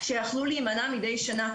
שיכלו להימנע מדי שנה,